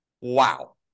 Wow